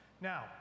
Now